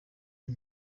iyi